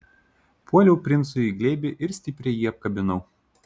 puoliau princui į glėbį ir stipriai jį apkabinau